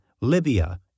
Libya